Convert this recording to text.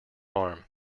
arm